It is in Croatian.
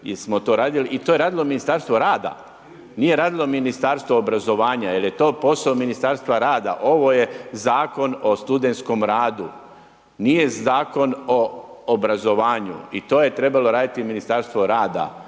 i to je radilo Ministarstvo rada. Nije radilo Ministarstvo obrazovanja jer je to posao Ministarstva rada. Ovo je Zakon o studentskom radu, nije Zakon o obrazovanju. I to je trebalo raditi Ministarstvo rada